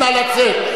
תעמיד אותי לדין,